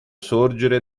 sorgere